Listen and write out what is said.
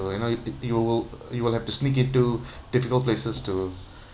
to you know y~ you will y~ you will have to sneak into difficult places to